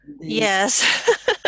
yes